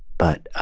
but